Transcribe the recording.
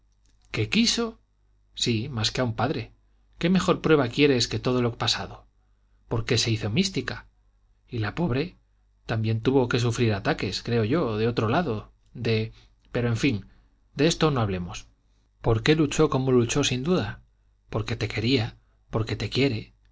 que quiso sí más que a un padre qué mejor prueba quieres que todo lo pasado por qué se hizo mística y la pobre también tuvo que sufrir ataques creo yo de otro lado de pero en fin de esto no hablemos por qué luchó como luchó sin duda porque te quería porque te quiere